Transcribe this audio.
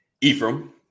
ephraim